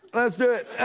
let's do it.